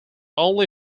only